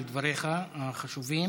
על דבריך החשובים.